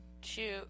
shoot